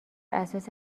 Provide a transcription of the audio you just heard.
اساس